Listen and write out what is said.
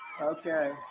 okay